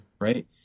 right